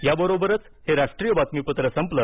या बरोबरच हे राष्ट्रीय बातमीपत्र संपलं